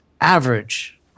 average